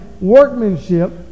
workmanship